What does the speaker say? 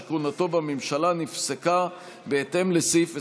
שכהונתו בממשלה נפסקה בהתאם לסעיף 22(ג)